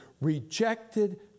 rejected